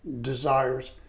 desires